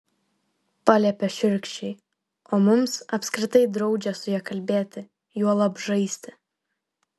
paliepia šiurkščiai o mums apskritai draudžia su ja kalbėti juolab žaisti